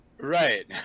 Right